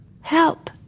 Help